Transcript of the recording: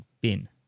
.bin